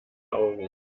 augen